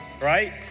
right